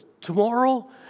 tomorrow